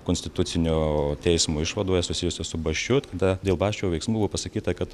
konstitucinio teismo išvadoje susijusia su basčiu tada dėl basčio veiksmų buvo pasakyta kad